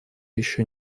еще